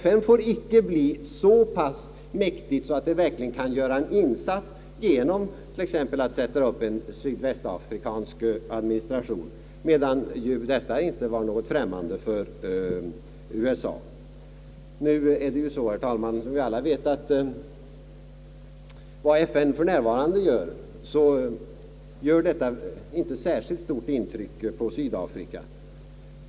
FN får icke bli så pass mäktigt, att det verkligen kan göra en insats t.ex. genom att sätta upp en sydvästafrikansk administration, anser man. Däremot är detta inte något främmande för USA. Som vi alla vet, herr talman, gör det inte så särskilt stort intryck på Syd afrika vad FN för närvarande beslutar.